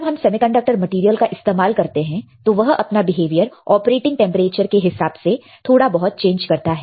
जब हम semiconductor material का इस्तेमाल करते हैं तो वह अपना बिहेवियर ऑपरेटिंग टेंपरेचर के हिसाब से थोड़ा बहुत चेंज करता है